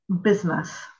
business